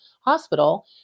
hospital